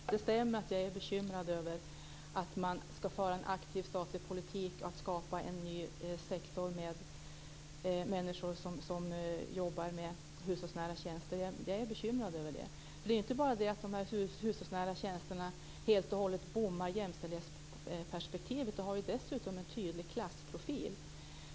Fru talman! Det stämmer att jag är bekymrad över att man skall föra en aktiv statlig politik för att skapa en ny sektor med människor som jobbar med hushållsnära tjänster. Det är inte bara det att de hushållsnära tjänsterna helt och hållet bommar jämställdhetsperspektivet, utan de har dessutom en tydlig klassprofil.